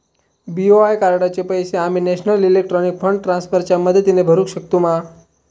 BOI कार्डाचे पैसे आम्ही नेशनल इलेक्ट्रॉनिक फंड ट्रान्स्फर च्या मदतीने भरुक शकतू मा?